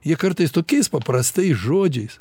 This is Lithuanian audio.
jie kartais tokiais paprastais žodžiais